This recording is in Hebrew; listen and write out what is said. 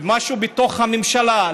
משהו בתוך הממשלה,